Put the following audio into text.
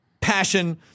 passion